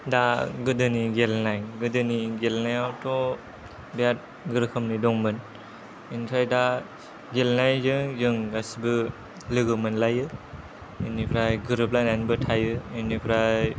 दा गोदोनि गेलेनाय गोदोनि गेलेनायावथ' बिराद रोखोमनि दंमोन ओमफ्राय दा गेलेनायजों जों गासिबो लोगो मोनलायो बिनिफ्राय गोरोबलायनानैबो थायो बिनिफ्राय